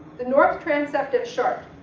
the north transept at chartres,